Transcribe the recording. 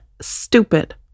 stupid